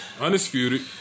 undisputed